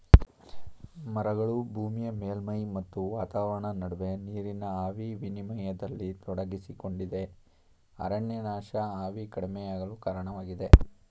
ಮರಗಳು ಭೂಮಿಯ ಮೇಲ್ಮೈ ಮತ್ತು ವಾತಾವರಣ ನಡುವೆ ನೀರಿನ ಆವಿ ವಿನಿಮಯದಲ್ಲಿ ತೊಡಗಿಕೊಂಡಿವೆ ಅರಣ್ಯನಾಶ ಆವಿ ಕಡಿಮೆಯಾಗಲು ಕಾರಣವಾಗಿದೆ